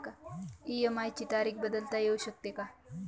EMI ची तारीख बदलता येऊ शकते का?